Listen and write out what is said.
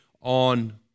on